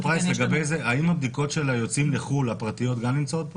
האם הבדיקות הפרטיות של היוצאים לחו"ל גם נמצאות פה?